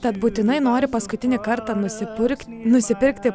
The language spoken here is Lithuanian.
tad būtinai nori paskutinį kartą nusipirkti nusipirkti